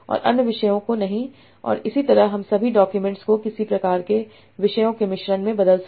और अन्य विषयों को नहीं और इसी तरह हम सभी डॉक्यूमेंट्स को किसी प्रकार के विषयों के मिश्रण में बदल सकते हैं